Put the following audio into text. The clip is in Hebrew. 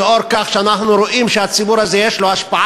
לנוכח זה שאנחנו רואים שלציבור הזה יש השפעה